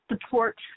support